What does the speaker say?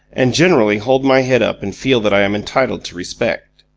and generally hold my head up and feel that i am entitled to respect.